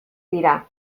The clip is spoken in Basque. dira